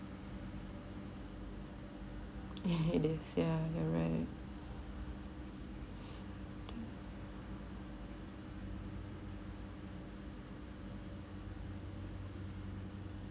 it is ya you're right